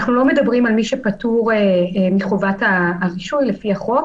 לא מדברים על מי שפטור מחובת הרישוי על פי החוק.